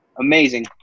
amazing